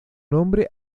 nombre